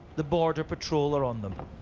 the border patrol are on them.